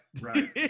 right